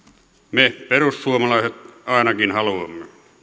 me perussuomalaiset ainakin haluamme